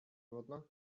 głodna